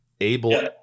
Able